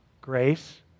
Grace